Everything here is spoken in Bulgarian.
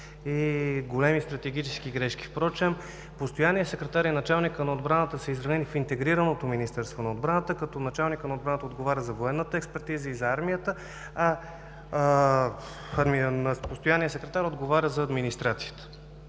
и големи стратегически грешки. Впрочем постоянният секретар и началникът на отбраната са изравнени в интегрираното Министерство на отбраната, като началникът на отбраната отговаря за военната експертиза и за армията, а постоянният секретар отговаря за администрацията.